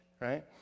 right